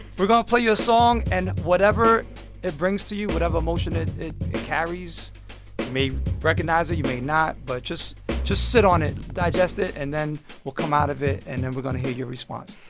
we're going to play you a song. and whatever it brings to you, whatever emotion it it carries you may recognize it, you may not but just just sit on it. digest it. and then we'll come out of it, and then we're going to hear your response.